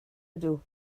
ydw